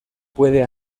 puede